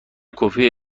کپی